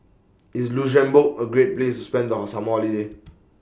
IS Luxembourg A Great Place spend Our Summer Holiday